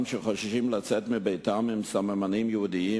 שחוששים לצאת מביתם עם סממנים יהודיים.